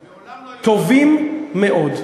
מעולם לא היו טובים יותר,